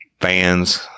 fans